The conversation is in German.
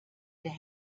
der